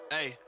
Hey